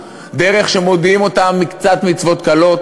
דרך שמודיעים אותם מקצת מצוות קלות